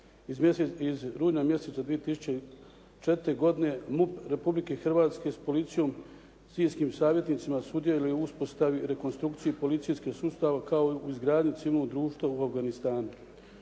iz rujna 2004. godine MUP Republike Hrvatske s policijom s … savjetnicima sudjeluju u uspostavi i rekonstrukciju policijskog sustava kao i u izgradnji civilnog društva u Afganistanu.